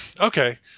Okay